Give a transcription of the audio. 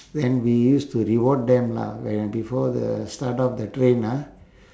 and we used to reward them lah when before the start of the train ah